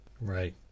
Right